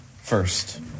first